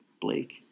Blake